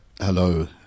Hello